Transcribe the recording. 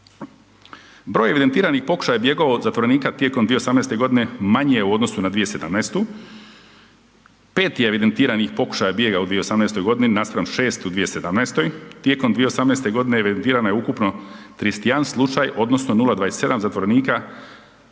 Broj evidentiranih pokušaja bjegova zatvorenika tijekom 2018. g. manji je u odnosu na 2017. 5 je evidentiranih pokušaja bijega u 2018. naspram 6 u 2017. Tijekom 2018. g. evidentirana je ukupno 31 slučaj, odnosno 0,27 zatvorenika izvršilo